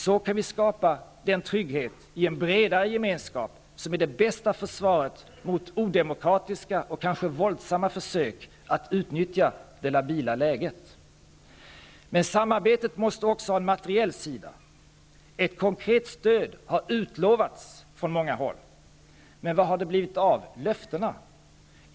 Så kan vi skapa den trygghet i en bredare gemenskap som är det bästa försvaret mot odemokratiska och kanske våldsamma försök att utnyttja det labila läget. Men samarbetet måste också ha en materiell sida. Ett konkret stöd har utlovats från många håll. Men vad har det blivit av löftena?